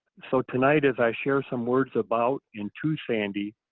so tonight as i share some words about, and to sandy,